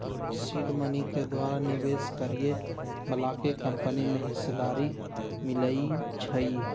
seed money के द्वारा निवेश करए बलाके कंपनी में हिस्सेदारी मिलइ छइ